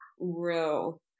Real